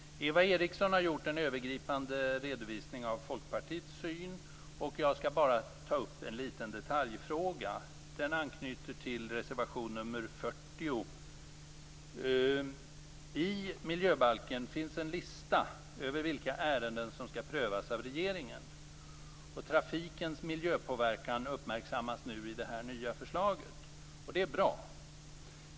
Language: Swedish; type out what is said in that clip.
Eva Eriksson har gjort en övergripande redovisning av folkpartiets syn. Jag skall bara ta upp en liten detaljfrågan. Den anknyter till reservation nr 40. I miljöbalken finns en lista över vilka ärenden som skall prövas av regeringen. Trafikens miljöpåverkan uppmärksammas nu i det nya förslaget, och det är bra.